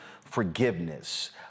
forgiveness